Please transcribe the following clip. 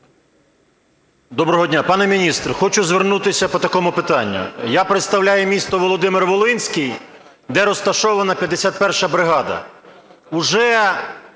Доброго дня! Пане міністр, хочу звернутися по такому питанню. Я представляю місто Володимир-Волинський, де розташована 51 бригада. Уже